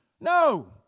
No